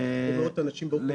מאות אנשים באופן כללי.